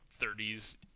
30s